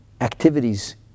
activities